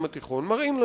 יש גם בעיות קשות בעולם,